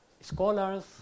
scholars